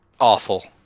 awful